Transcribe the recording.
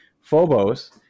phobos